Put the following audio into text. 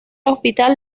hospital